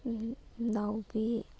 ꯅꯥꯎꯕꯤ